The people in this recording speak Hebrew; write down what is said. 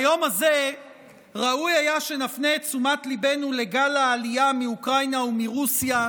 ביום הזה ראוי היה שנפנה את תשומת ליבנו לגל העלייה מאוקראינה ומרוסיה,